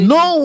no